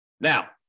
Now